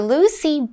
Lucy